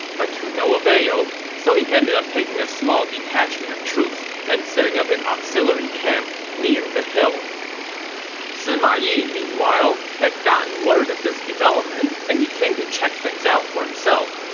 but to no avail, so he ended up taking a small detachment of troops and setting up an auxiliary camp near the hill sima yi, meanwhile, had gotten word of this development, and he came to check things out for himself.